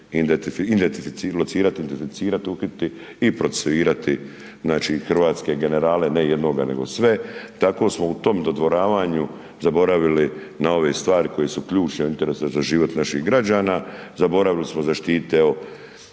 identificirati, uhititi i procesuirati, znači, hrvatske generale, ne jednoga, nego sve, tako smo u tom dodvoravanju zaboravili na ove stvari koje su ključne u interesu za život naših građana, zaboravili smo zaštiti